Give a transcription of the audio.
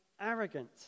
arrogant